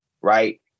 right